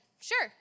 sure